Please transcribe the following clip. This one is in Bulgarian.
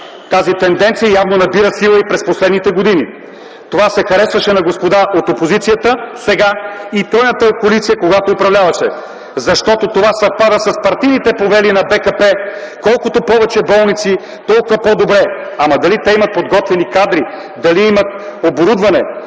Тази тенденция явно набира сила и през последните години. Това се харесваше на господата от опозицията сега и тройната коалиция, когато управляваше, защото това съвпада с партийните повели на БКП – колкото повече болници, толкова по-добре, ама дали те имат подготвени кадри, дали имат оборудване